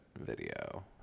video